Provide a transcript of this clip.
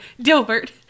Dilbert